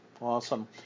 Awesome